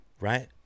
right